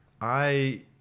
I-